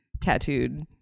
tattooed